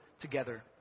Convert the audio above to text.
Together